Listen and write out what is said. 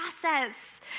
process